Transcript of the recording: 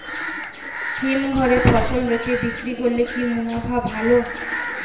হিমঘরে ফসল রেখে বিক্রি করলে কি মুনাফা ভালো?